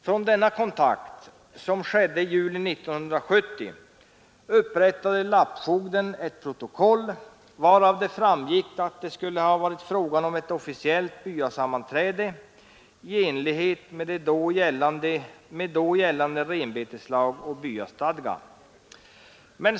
Från denna kontakt, som skedde i juli 1970, upprättade lappfogden ett protokoll varav det framgick att det skulle ha varit fråga om ett officiellt byasammanträde i enlighet med då gällande renbetslag och byastadga.